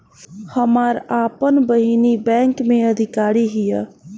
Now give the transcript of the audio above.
हमार आपन बहिनीई बैक में अधिकारी हिअ